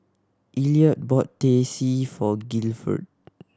Elliot bought Teh C for Gilford